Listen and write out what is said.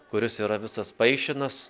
kuris yra visas paišinas